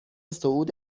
صعود